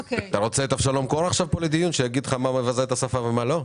אתה רוצה עכשיו את אבשלום קור לדיון שיגיד לך מה מבזה את השפה ומה לא?